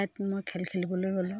তাত মই খেল খেলিবলৈ গ'লোঁ